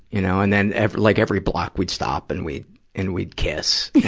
you know? and then, ev, like, every block we'd stop and we'd and we'd kiss,